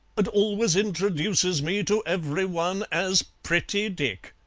and always introduces me to every one as pretty dick!